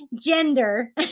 gender